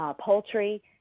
poultry